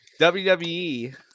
WWE